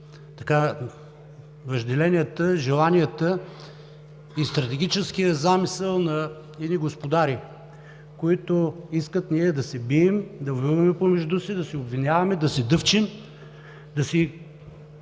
въжделенията, желанията и стратегическия замисъл на едни господари, които искат ние да се бием, да воюваме помежду си, да се обвиняваме, да се дъвчем, да си